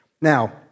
now